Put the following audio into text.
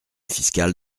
fiscal